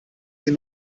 sie